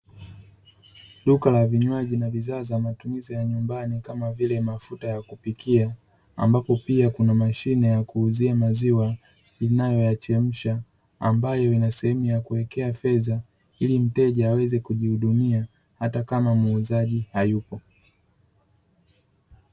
Duka la vinywaji na bidhaa za matumizi ya nyumbani kama vile mafuta ya kupikia, ambapo pia kuna mashine ya kuuzia maziwa inayoyachemsha, ambayo ina sehemu ya kuwekea fedha ili mteja aweze kujihudumia hata kama muuzaji hayupo.